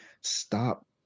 Stop